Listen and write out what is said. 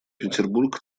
петербург